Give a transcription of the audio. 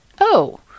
Oh